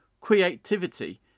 creativity